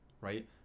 right